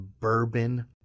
bourbon